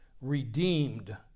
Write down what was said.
redeemed